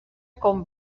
com